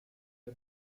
der